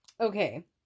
okay